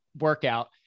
workout